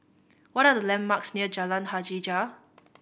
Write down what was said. what are the landmarks near Jalan Hajijah